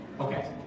Okay